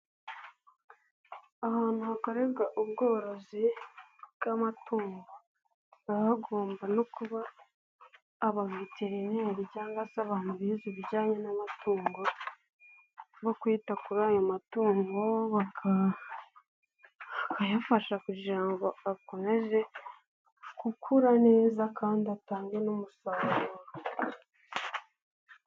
Ahantu hakorerwa ubworozi bw'amatungo, haba hagomba no kuba abaviterineri cyangwa se abantu bize ibijyanye n'amatungo no kwita kuri ayo matungo, bakayafasha kugira ngo akomeze gukura neza kandi atange n'umusaruro.